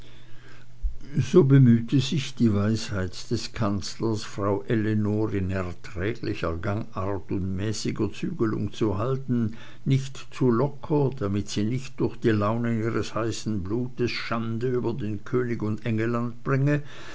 so bemühte sich die weisheit des kanzlers frau ellenor in erträglicher gangart und mäßiger zügelung zu halten nicht zu locker damit sie nicht durch die launen ihres heißen blutes schande über den könig und engelland bringe